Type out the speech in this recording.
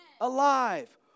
alive